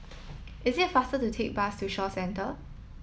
is it faster to take bus to Shaw Centre